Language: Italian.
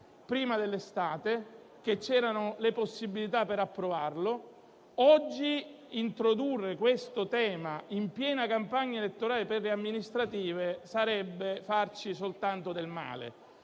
prima dell'estate, quando c'erano le possibilità per approvarlo. Oggi, introdurre questo tema in piena campagna elettorale per le elezioni amministrative significherebbe farci soltanto del male.